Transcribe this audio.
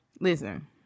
listen